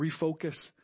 refocus